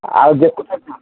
ଆଉ ଦେଖୁଛ ତ